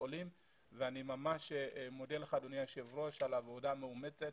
עולים ואני ממש מודה לך על הוועדה המאומצת,